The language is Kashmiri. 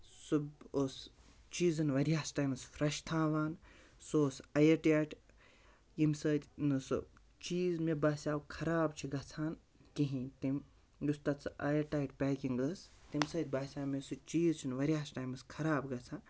سُہ ٲس چیٖزَن واریَہَس ٹایمَس فرٛیش تھاوان سُہ اوس اَیَر ٹایٹ ییٚمہِ سۭتۍ نہٕ سُہ چیٖز مےٚ باسیٛو خراب چھِ گژھان کِہیٖنۍ تم یُس تَتھ سُہ اَیَر ٹایٹ پیکِنٛگ ٲس تَمہِ سۭتۍ باسیٛو مےٚ سُہ چیٖز چھِنہٕ واریَہَس ٹایمَس خراب گژھان